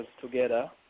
together